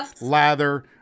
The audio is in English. lather